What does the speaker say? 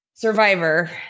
Survivor